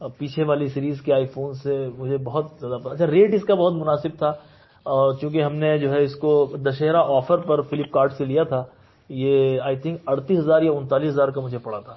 پیچھے والی سیریز کا آئی فون سے مجھے بہت زیادہ پسند اچھا ریٹ اس کا بہت مناسب تھا اور چوں کہ ہم نے جو ہے اس کو دشہرا آفر پر فلپ کارٹ سے لیا تھا یہ آئی تھنک اڑتیس ہزار یا انتالیس ہزار کا مجھے پڑا تھا